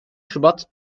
şubat